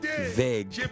vague